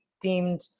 deemed